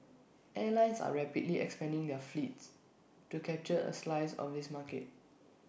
airlines are rapidly expanding their fleets to capture A slice of this market